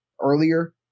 earlier